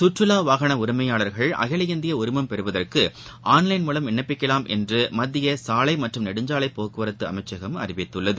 சுற்றுலாவாகனஉரிமையாளர்கள் அகில இந்தியஉரிமம் பெறுவதற்குஆன்லைன் மூலம் விண்ணப்பிக்கலாம் என்றுமத்தியசாலைமற்றும் நெடுஞ்சாலைபோக்குவரத்துஅமைச்சகம் அறிவித்துள்ளது